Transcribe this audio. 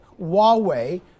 Huawei